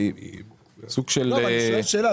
אני שואל שאלה.